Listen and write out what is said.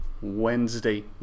Wednesday